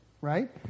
right